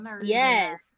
yes